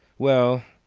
well,